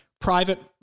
private